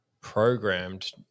programmed